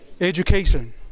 Education